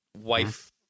wife